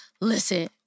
listen